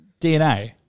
DNA